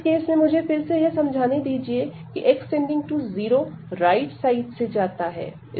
इस केस में मुझे फिर से यह समझाने दीजिए की x→0राइट साइड से जाता है